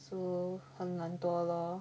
so 很懒惰 lor